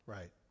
Right